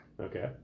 Okay